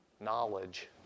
knowledge